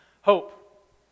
Hope